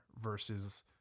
versus